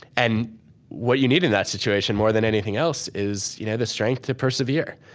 and what you need in that situation more than anything else is you know the strength to persevere.